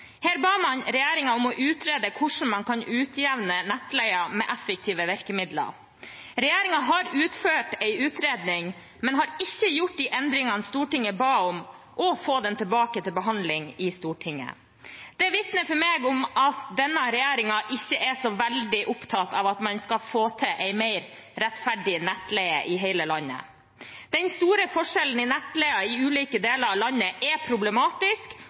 Her ba man regjeringen om å utrede hvordan man kan utjevne nettleien med effektive virkemidler. Regjeringen har utført en utredning, men har ikke gjort de endringene Stortinget ba om – og få den tilbake til behandling i Stortinget. Det vitner for meg om at denne regjeringen ikke er så veldig opptatt av at man skal få til en mer rettferdig nettleie i hele landet. Den store forskjellen i nettleie i ulike deler av landet er problematisk,